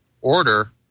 order –